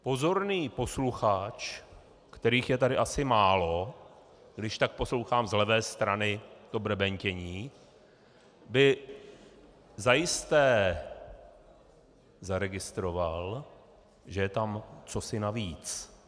Pozorný posluchač, kterých je tady asi málo, když tak poslouchám z levé strany to brebentění, by zajisté zaregistroval, že je tam cosi navíc.